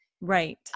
Right